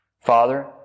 Father